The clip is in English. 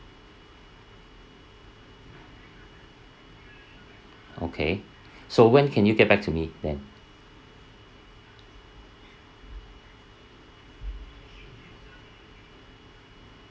okay so when can you get back to me then